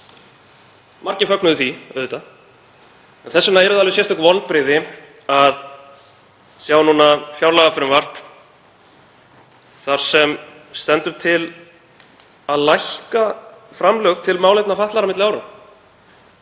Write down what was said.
Margir fögnuðu því, auðvitað. Þess vegna eru það alveg sérstök vonbrigði að sjá núna fjárlagafrumvarp þar sem til stendur að lækka framlög til málefna fatlaðra milli ára.